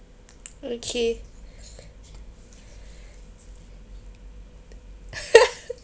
okay